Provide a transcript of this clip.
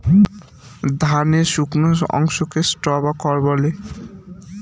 ধানের শুকনো অংশকে স্ট্র বা খড় বলে